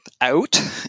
out